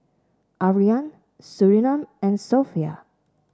Aryan Surinam and Sofea